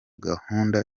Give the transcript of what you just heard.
gahunda